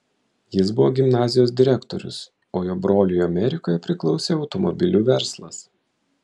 jis buvo gimnazijos direktorius o jo broliui amerikoje priklausė automobilių verslas